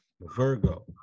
Virgo